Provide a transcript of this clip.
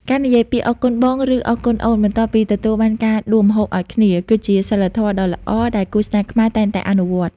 ការនិយាយពាក្យ "អរគុណបង" ឬ "អរគុណអូន" បន្ទាប់ពីទទួលបានការដួសម្ហូបឱ្យគ្នា គឺជាសីលធម៌ដ៏ល្អដែលគូស្នេហ៍ខ្មែរតែងតែអនុវត្ត។